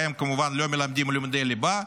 בהם כמובן לא מלמדים לימודי ליבה.